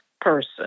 person